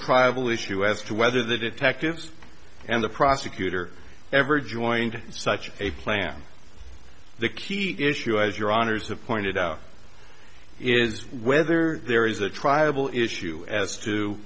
trival issue as to whether the detectives and the prosecutor ever joined such a plan the key issue as your honour's have pointed out is whether there is a tribal issue as to